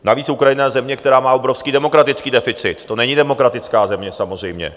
Navíc Ukrajina je země, která má obrovský demokratický deficit, to není demokratická země, samozřejmě.